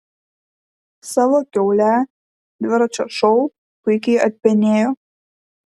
savo kiaulę dviračio šou puikiai atpenėjo